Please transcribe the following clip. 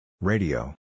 Radio